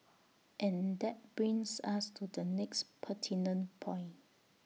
and that brings us to the next pertinent point